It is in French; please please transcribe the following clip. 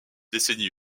décennie